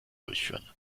durchführen